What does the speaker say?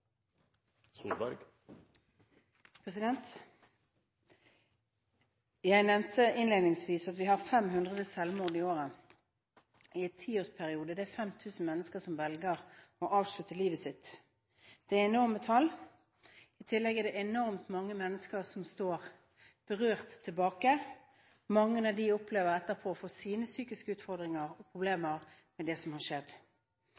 det 5 000 mennesker som velger å avslutte livet sitt. Det er enorme tall. I tillegg er det enormt mange mennesker som står berørt tilbake, og mange av dem opplever etterpå å få psykiske utfordringer og problemer knyttet til det som har skjedd.